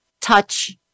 touch